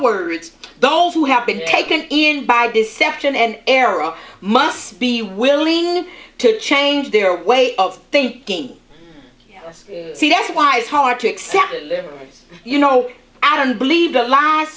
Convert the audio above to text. words those who have been taken in by deception and error must be willing to change their way of thinking yes see that's why it's hard to accept these you know i don't believe